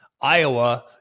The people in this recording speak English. Iowa